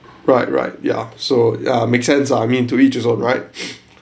right right yah so ya make sense ah I mean to each his own right